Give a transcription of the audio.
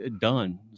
done